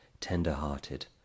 tender-hearted